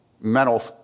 mental